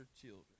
children